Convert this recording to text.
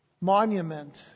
monument